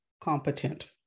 competent